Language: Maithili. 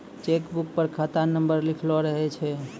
चेक बुक पर खाता नंबर लिखलो रहै छै